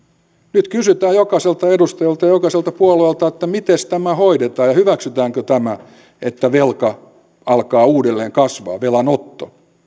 nyt kysytään jokaiselta edustajalta ja jokaiselta puolueelta että mites tämä hoidetaan ja hyväksytäänkö tämä että velka alkaa uudelleen kasvaa velanotto